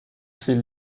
ses